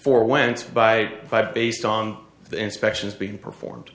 forwent by five based on the inspections being performed